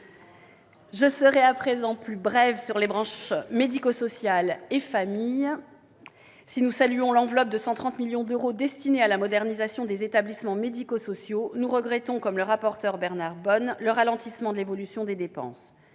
Je serai plus brève sur les branches médico-sociale et famille. Si nous saluons l'enveloppe de 130 millions d'euros destinée à la modernisation des établissements médico-sociaux, nous regrettons, comme le rapporteur Bernard Bonne, le ralentissement de l'évolution des dépenses.